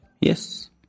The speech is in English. yes